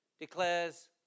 declares